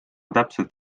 täpselt